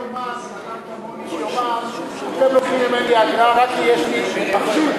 בן-אדם כמוני יאמר: אתם לוקחים ממני אגרה רק כי יש לי טלוויזיה?